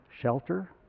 shelter